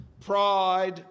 pride